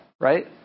right